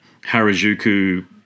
harajuku